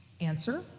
Answer